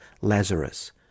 Lazarus